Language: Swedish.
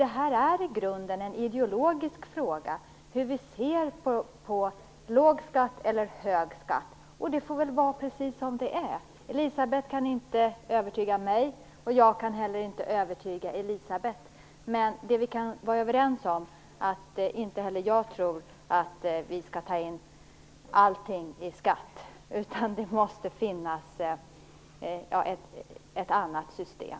Det är en i grunden ideologisk fråga hur vi ser på detta med låg eller med hög skatt, men det får väl vara precis som det är. Elisabeth Fleetwood kan inte övertyga mig, och jag kan inte övertyga Elisabeth Fleetwood. Däremot vi kan vara överens om att inte allting skall tas ut i skatt. Det måste finnas ett annat system.